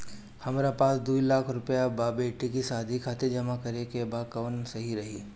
हमरा पास दू लाख रुपया बा बेटी के शादी खातिर जमा करे के बा कवन सही रही?